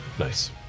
Nice